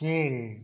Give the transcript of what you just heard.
கீழ்